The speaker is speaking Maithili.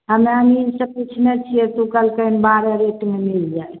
हमे अमीन सऽ पुछने छियै तऽ कहलकै हन बारह रेटमे मिल जाएत